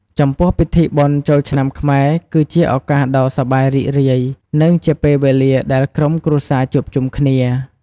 ចំពោះពិធីបុណ្យចូលឆ្នាំខ្មែរ គឺជាឱកាសដ៏សប្បាយរីករាយ និងជាពេលវេលាដែលក្រុមគ្រួសារជួបជុំគ្នា។